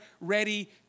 ready